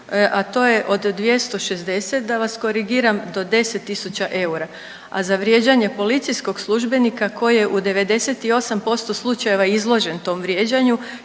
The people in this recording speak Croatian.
a to je od 260 da vas korigiram do 10 tisuća eura, a za vrijeđanje policijskog službenika koji je u 98% slučajeva izložen tom vrijeđanju